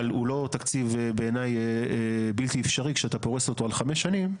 אבל הוא לא תקציב בעיניי בלתי אפשרי כשאתה פורס אותו על חמש שנים,